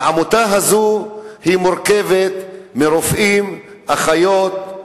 העמותה הזאת מורכבת מרופאים, אחיות,